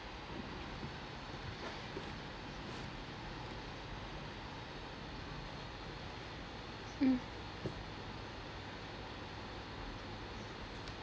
mm